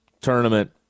tournament